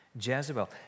Jezebel